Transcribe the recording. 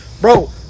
bro